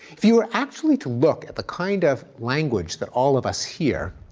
if you were actually to look at the kind of language that all of us hear,